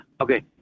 Okay